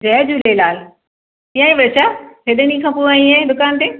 जय झूलेलाल कीअं आहीं वर्षा हेॾे ॾींहं खां पोइ आईं आहीं दुकान ते